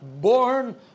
born